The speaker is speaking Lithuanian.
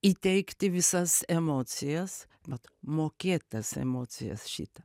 įteigti visas emocijas vat mokėt tas emocijas šito